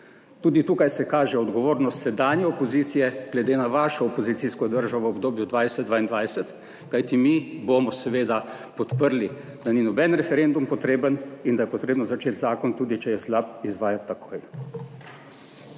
Tudi tukaj se kaže odgovornost sedanje opozicije glede na vašo opozicijsko držo v obdobju 2020–2022, kajti mi bomo seveda podprli, da ni noben referendum potreben in da je potrebno začeti zakon, tudi če je slab, izvajati takoj.